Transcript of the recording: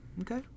Okay